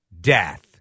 death